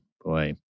Boy